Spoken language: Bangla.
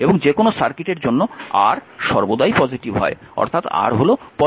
এবং যেকোনও সার্কিটের জন্য R সর্বদাই পজিটিভ হয় অর্থাৎ R হল পজিটিভ